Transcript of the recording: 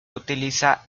utiliza